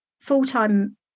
full-time